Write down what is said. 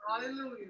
Hallelujah